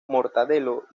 mortadelo